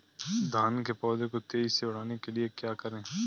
धान के पौधे को तेजी से बढ़ाने के लिए क्या करें?